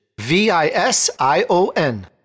V-I-S-I-O-N